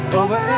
over